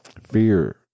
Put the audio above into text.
fear